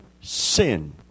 sin